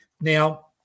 Now